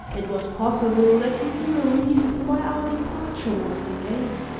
it was possible that he knew the reason why our departure was delayed.